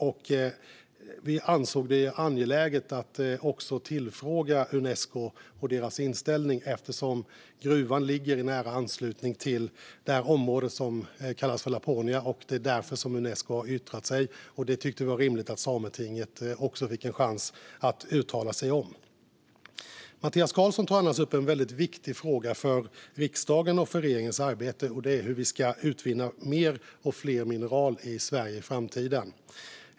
Vi ansåg det angeläget att tillfråga Unesco om deras inställning eftersom gruvan ligger i nära anslutning till området som kallas Laponia. Därför har Unesco yttrat sig. Vi tyckte också att det var rimligt att Sametinget skulle få en chans att uttala sig om det. Mattias Karlsson tar annars upp en viktig fråga för riksdagen och för regeringens arbete: hur vi ska utvinna mer och fler mineral i Sverige i framtiden.